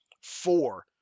four